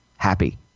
Happy